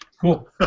Cool